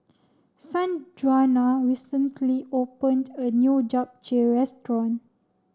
Sanjuana recently opened a new Japchae Restaurant